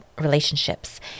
relationships